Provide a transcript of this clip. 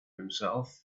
himself